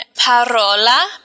parola